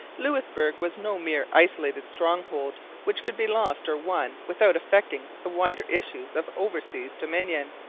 louisbourg was no mere isolated stronghold which could be lost or won without affecting the wider issues of oversea dominion.